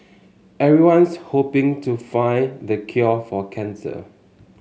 everyone's hoping to find the cure for cancer